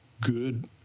good